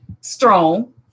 strong